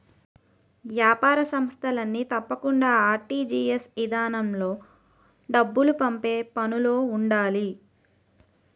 ఏపార సంస్థలన్నీ తప్పకుండా ఆర్.టి.జి.ఎస్ ఇదానంలో డబ్బులు పంపే పనులో ఉండాలి